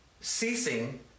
Ceasing